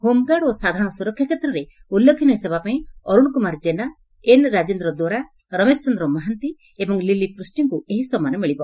home guard ଓ ସାଧାରଣ ସୁରକ୍ଷା କ୍ଷେତ୍ରରେ ଉଲ୍ଲେଖନୀୟ ସେବା ପାଇଁ ଅରୁଣ କୁମାର ଜେନା ଏନ୍ରାଜେନ୍ଦ୍ର ଦୋରା ରମେଶ ଚନ୍ଦ୍ର ମହାନ୍ତି ଏବଂ ଳିଲି ପୃଷ୍କିଙ୍କୁ ଏହି ସମ୍ମାନ ମିଳିବ